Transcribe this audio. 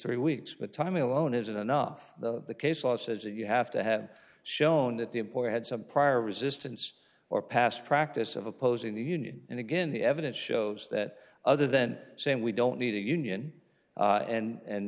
three weeks but time alone isn't enough the case law says that you have to have shown that the employer had some prior resistance or past practice of opposing the union and again the evidence shows that other than saying we don't need a union and